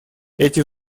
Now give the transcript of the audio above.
эти